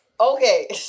Okay